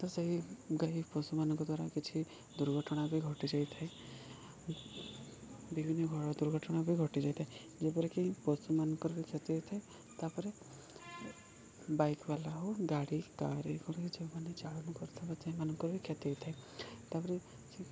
ତ ସେହି ଗାଈ ପଶୁମାନଙ୍କ ଦ୍ୱାରା କିଛି ଦୁର୍ଘଟଣା ବି ଘଟି ଯାଇଥାଏ ବିଭିନ୍ନ ଘ ଦୁର୍ଘଟଣା ବି ଘଟି ଯାଇଥାଏ ଯେପରିକି ପଶୁମାନଙ୍କର ବି କ୍ଷତି ହେଇଥାଏ ତା'ପରେ ବାଇକ୍ବାଲା ହଉ ଗାଡ଼ି କାର୍ ଏଗୁଡ଼ିକ ଯେଉଁମାନେ ଚାଳନ କରୁଥିବେ ସେମାନଙ୍କର ବି କ୍ଷତି ହୋଇଥାଏ ତା'ପରେ